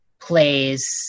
plays